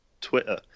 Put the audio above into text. Twitter